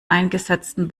eingesetzten